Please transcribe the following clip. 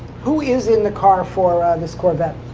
who is in the car for this corvette?